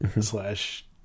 slash